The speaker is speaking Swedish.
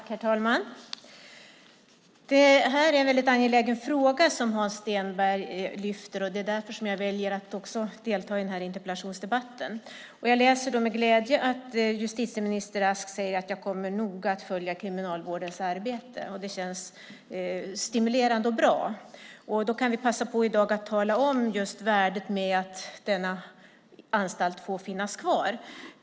Herr talman! Det är en angelägen fråga som Hans Stenberg lyfter upp, och det är därför jag väljer att delta i interpellationsdebatten. Jag läser med glädje att justitieminister Ask säger att hon noga kommer att följa Kriminalvårdens arbete. Det känns stimulerande och bra. Då kan vi i dag passa på att tala om värdet med att denna anstalt får finnas kvar.